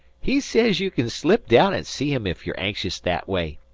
he says you kin slip down an' see him ef you're anxious that way.